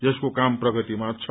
यसको काम प्रगतिमा छ